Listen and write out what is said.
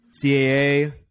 CAA